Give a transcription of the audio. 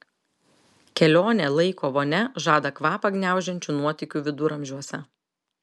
kelionė laiko vonia žada kvapą gniaužiančių nuotykių viduramžiuose